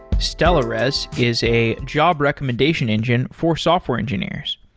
stellares is a job recommendation engine for software engineers.